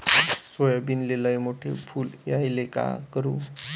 सोयाबीनले लयमोठे फुल यायले काय करू?